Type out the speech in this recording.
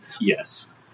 Yes